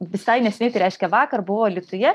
visai neseniai tai reiškia vakar buvau alytuje